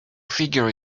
figure